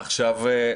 עכשיו,